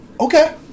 Okay